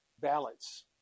ballots